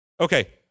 Okay